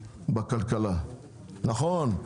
נכון,